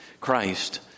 Christ